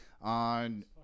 on